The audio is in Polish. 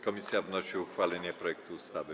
Komisja wnosi o uchwalenie projektu ustawy.